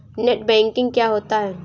Net banking क्या होता है?